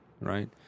Right